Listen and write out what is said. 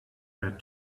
read